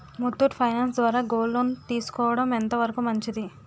Muthoot finance ద్వారా gold loan తీసుకోవడం ఎంత వరకు మంచిది?